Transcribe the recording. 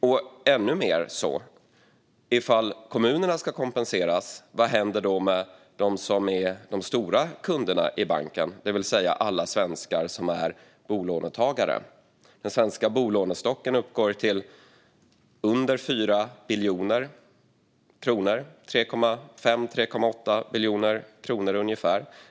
Och vidare: Om kommunerna ska kompenseras - vad händer då med dem som är de stora kunderna i banken, det vill säga alla svenskar som är bolånetagare? Den svenska bolånestocken uppgår till under 4 biljoner kronor - 3,5-3,8 biljoner kronor ungefär.